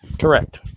Correct